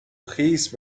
خیس